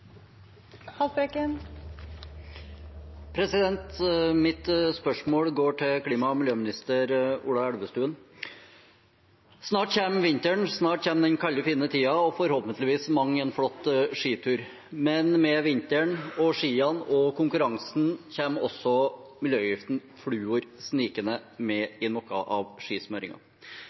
Mitt spørsmål går til klima- og miljøminister Ola Elvestuen. Snart kommer vinteren, snart kommer den kalde, fine tiden og forhåpentligvis mang en flott skitur. Men med vinteren og skiene og konkurransen kommer også miljøgiften fluor snikende med i noe av